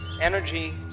energy